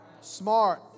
smart